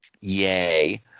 Yay